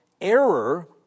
error